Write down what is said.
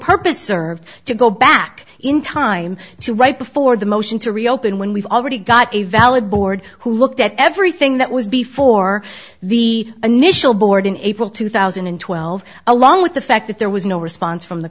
purpose served to go back in time to right before the motion to reopen when we've already got a valid board who looked at everything that was before the initial board in april two thousand and twelve along with the fact that there was no response from the